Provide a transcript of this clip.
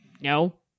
no